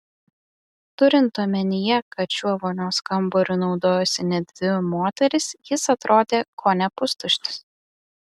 turint omenyje kad šiuo vonios kambariu naudojosi net dvi moterys jis atrodė kone pustuštis